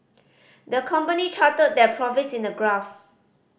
the company charted their profits in a graph